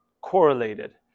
correlated